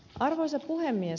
arvoisa puhemies